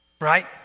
right